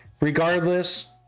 Regardless